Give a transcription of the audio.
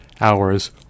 hours